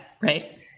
right